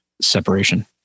separation